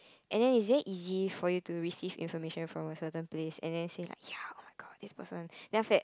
and then it's very easy for you to receive information from a certain place and then say like ya oh-my-god this person then after that